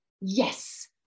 Yes